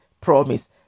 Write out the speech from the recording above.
promise